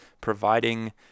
providing